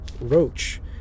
Roach